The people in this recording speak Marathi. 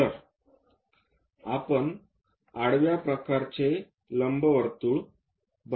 तर आपण आडव्या प्रकारचे लंबवर्तुळ केले